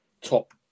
top